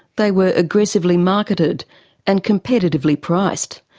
they were aggressively marketed and competitively priced.